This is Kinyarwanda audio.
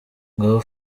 ngabo